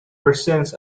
presents